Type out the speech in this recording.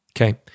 okay